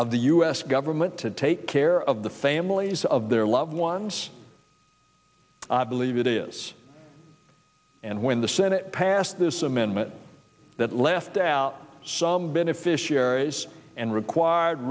of the u s government to take care of the families of their loved ones i believe it is and when the senate passed this amendment that left out some beneficiaries and required